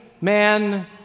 man